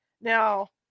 Now